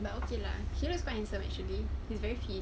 but okay lah he looks quite handsome actually he's very fit